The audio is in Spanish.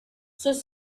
sus